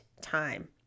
time